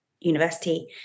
University